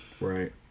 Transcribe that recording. Right